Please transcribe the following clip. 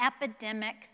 epidemic